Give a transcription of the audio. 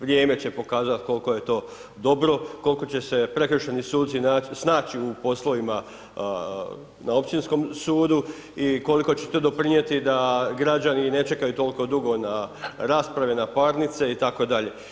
Vrijeme će pokazati koliko je to dobro, koliko će se prekršajni suci snaći u spolovima na općinskom sudu i koliko će to doprinijeti da građani ne čekaju toliko dugo na rasprave, na parnice itd.